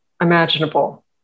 imaginable